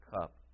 cup